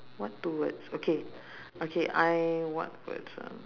what two words okay okay I what words uh